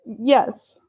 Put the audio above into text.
Yes